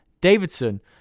Davidson